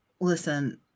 Listen